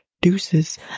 deuces